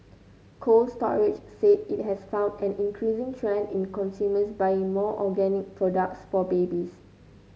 Cold Storage said it has found an increasing trend in consumers buying more organic products for babies